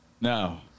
No